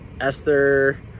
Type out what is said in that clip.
Esther